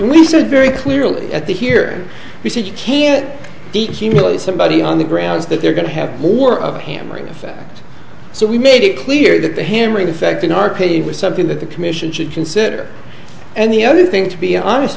we said very clearly at the here we said you can't somebody on the grounds that they're going to have more of a hammering effect so we made it clear that the hammering affecting our credit was something that the commission should consider and the other thing to be honest